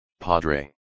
padre